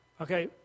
okay